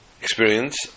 experience